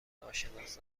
ناشناس